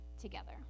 together